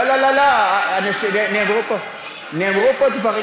אתה שר אוצר, לא, נאמרו פה, נאמרו פה דברים.